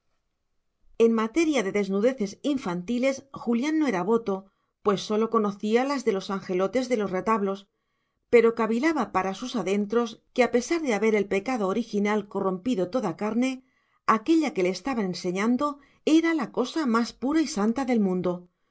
en materia de desnudeces infantiles julián no era voto pues sólo conocía las de los angelotes de los retablos pero cavilaba para sus adentros que a pesar de haber el pecado original corrompido toda carne aquélla que le estaban enseñando era la cosa más pura y santa del mundo